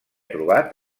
trobat